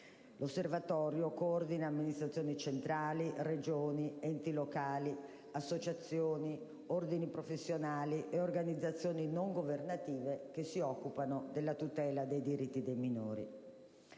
L'Osservatorio coordina amministrazioni centrali, Regioni, enti locali, associazioni, ordini professionali e organizzazioni non governative che si occupano della tutela dei diritti dei minori.